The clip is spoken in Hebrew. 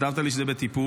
כתבת לי שזה בטיפול.